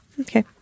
Okay